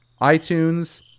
iTunes